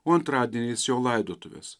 o antradieniais jo laidotuves